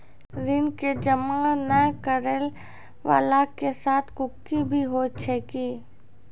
ऋण के जमा नै करैय वाला के साथ कुर्की भी होय छै कि?